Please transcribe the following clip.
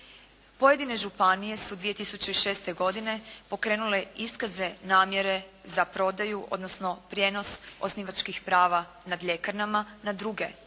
Pojedine županije su 2006. godine pokrenule iskaze namjere za prodaju odnosno prijenos osnivačkih prava nad ljekarnama na druge